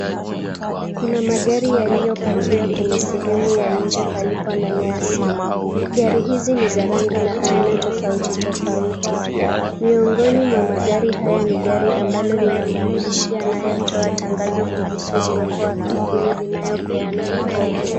Kuna magari yaliyopakiwa kwenye sehemu ya nje palipo na nyasi. Gari hizi ni za rangi na aina tofauti tofauti. Miongoni mwa magari haya ni gari ambalo lina maandishi yanayotoa tangazo kuhusu uwepo wa kampuni inayopeana mkopo.